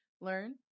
Learn